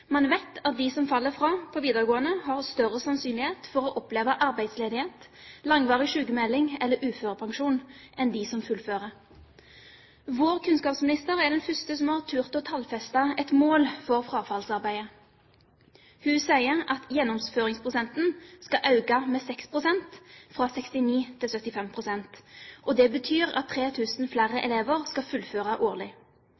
Man vet at de som faller fra på videregående, har større sannsynlighet for å oppleve arbeidsledighet, langvarig sykmelding eller uførepensjon enn de som fullfører. Vår kunnskapsminister er den første som har tort å tallfeste et mål for frafallsarbeidet. Hun sier at gjennomføringsprosenten skal øke med 6 pst., fra 69 pst. til 75 pst. Det betyr at 3 000 flere